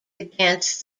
against